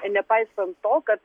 nepaisant to kad